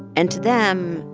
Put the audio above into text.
and to them,